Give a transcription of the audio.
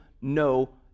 no